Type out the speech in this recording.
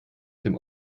dem